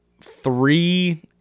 three